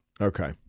Okay